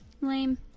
Lame